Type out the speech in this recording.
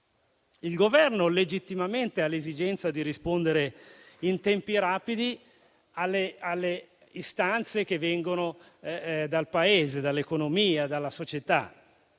Il Governo ha legittimamente l'esigenza di rispondere in tempi rapidi alle istanze che vengono dal Paese, dall'economia e dalla società.